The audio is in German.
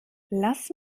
lass